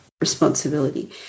responsibility